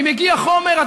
אם הגיע חומר,